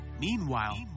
Meanwhile